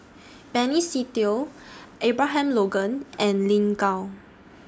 Benny Se Teo Abraham Logan and Lin Gao